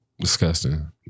Disgusting